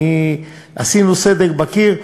עשינו סדק בקיר,